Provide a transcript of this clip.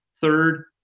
Third